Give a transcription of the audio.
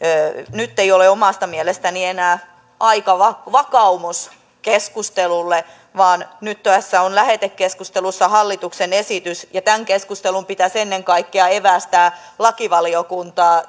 nyt ei ole omasta mielestäni enää aika vakaumuskeskustelulle vaan nyt tässä on lähetekeskustelussa hallituksen esitys ja tämän keskustelun pitäisi ennen kaikkea evästää lakivaliokuntaa